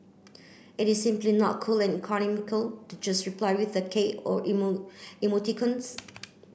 it is simply not cool and economical to just reply with a k or emo emoticons